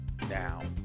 now